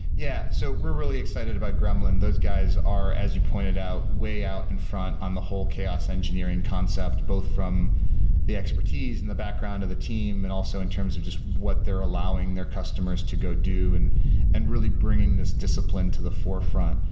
yeah. so we're really excited about gremlin. those guys are, as you pointed out, way out in front on the whole chaos engineering concept both from the expertise in the background of the team and also in terms of just what they're allowing their customers to go do and and really bringing this discipline to the forefront.